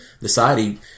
society